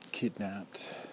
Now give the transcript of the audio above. Kidnapped